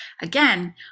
again